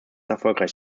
erfolgreich